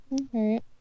Okay